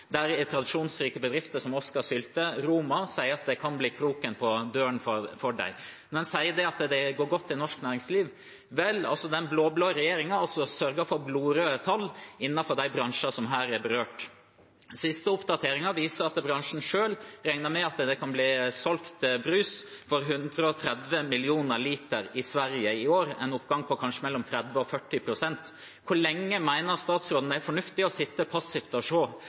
der tradisjonsrike bedrifter som Oskar Sylte og Roma sier at det kan bli kroken på døren for dem. Man sier at det går godt i norsk næringsliv. Vel, den blå-blå regjeringen har sørget for blodrøde tall innenfor de bransjene som her er berørt. Den siste oppdateringen viser at bransjen selv regner med at det kan bli solgt brus for 130 mill. liter i Sverige år, en oppgang på kanskje mellom 30 og 40 pst. Hvor lenge mener statsråden det er fornuftig å sitte